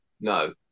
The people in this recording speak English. No